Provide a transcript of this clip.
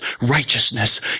righteousness